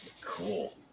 Cool